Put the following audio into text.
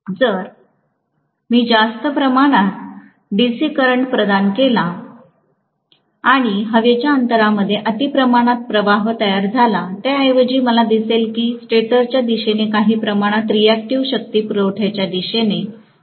जर मी जास्त प्रमाणात डीसी करंट प्रदान केला आणि हवेच्या अंतरामध्ये अति प्रमाणात प्रवाह तयार झाला त्याऐवजी मला दिसेल की स्टेटरच्या दिशेने काही प्रमाणात रीऍक्टिव्ह शक्ती पुरवठ्याच्या दिशेने परत आली आहे